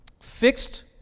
fixed